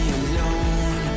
alone